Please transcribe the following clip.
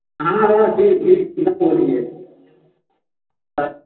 हाँ हाँ ठीक ठीक जी बोलिए हाँ